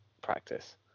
practice